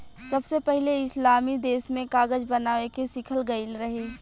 सबसे पहिले इस्लामी देश में कागज बनावे के सिखल गईल रहे